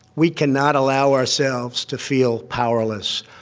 we cannot allow ourselves to feel powerless.